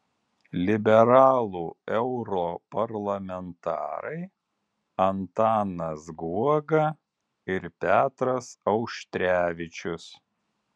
liberalų europarlamentarai antanas guoga ir petras auštrevičius